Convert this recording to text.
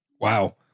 Wow